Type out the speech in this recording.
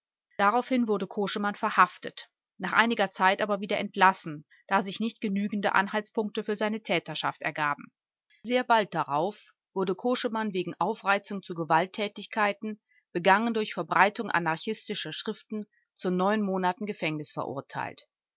daraufhin wurde koschemann verhaftet nach einiger zeit aber wieder entlassen da sich nicht genügende anhaltspunkte für seine täterschaft ergaben sehr bald darauf wurde koschemann wegen aufreizung zu gewalttätigkeiten begangen durch verbreitung anarchistischer schriften zu neun monaten gefängnis verurteilt